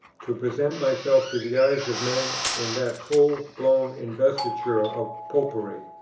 to present myself to the eyes of men in that full blown investiture of popery?